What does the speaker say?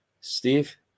Steve